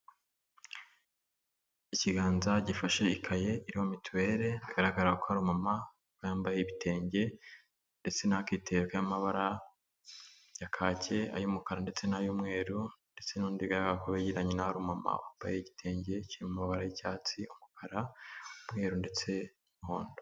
Ikiganza gifashe ikaye iriho mituwere, bigaragara ko ari umumama wambaye ibitenge ndetse n'akitero k'amabara ya kake, ay'umukara, ndetse n'ay'umweru, ndetse n'undi bigaragara ko begeranye na we ari umumama wambaye igitenge kiri mu mabara y'icyatsi, umukara, umweru, ndetse n'umuhondo.